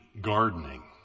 gardening